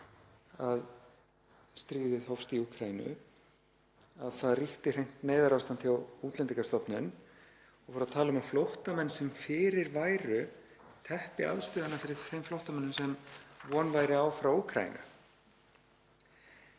að stríðið hófst í Úkraínu, að það ríkti hreint neyðarástand hjá Útlendingastofnun og fór að tala um að flóttamenn sem fyrir væru tepptu aðstöðuna fyrir þeim flóttamönnum sem von væri á frá Úkraínu.